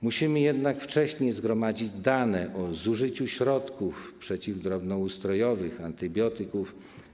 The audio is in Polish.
Musimy jednak wcześniej zgromadzić dane o zużyciu środków przeciwdrobnoustrojowych, antybiotyków.